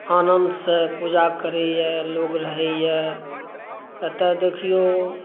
आनन्दसँ लोक पूजा करैए रहैए एतऽ देखिऔ